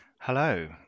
Hello